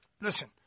Listen